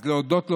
אז להודות לו,